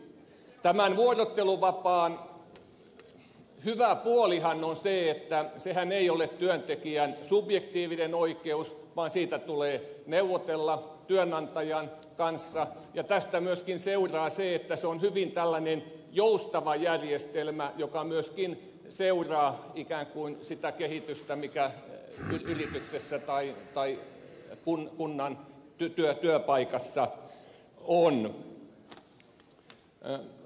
tämän vuorotteluvapaan hyvä puolihan on se että sehän ei ole työntekijän subjektiivinen oikeus vaan siitä tulee neuvotella työnantajan kanssa ja tästä myöskin seuraa se että se on hyvin tällainen joustava järjestelmä joka myöskin seuraa ikään kuin sitä kehitystä mikä yrityksessä tai kunnan työpaikassa on